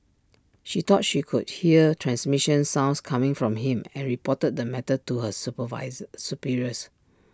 she thought she could hear transmission sounds coming from him and reported the matter to her superiors